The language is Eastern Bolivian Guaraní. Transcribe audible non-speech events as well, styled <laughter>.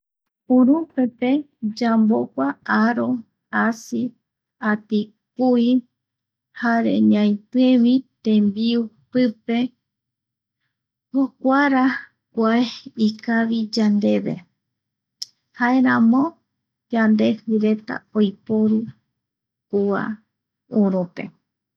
Urupe pe yambogua aro, asi, atikuai jare ñaitie vi tembiu pipe <noise> jokuara kua ikavi yandeve, jaeramo yandeipi reta oiporu kua urüpe